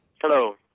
Hello